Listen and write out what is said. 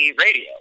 radio